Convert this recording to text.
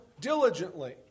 diligently